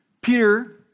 Peter